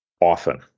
often